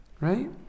Right